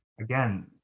again